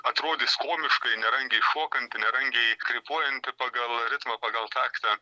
atrodys komiškai nerangiai šokanti nerangiai krypuojanti pagal ritmą pagal taktą